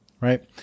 right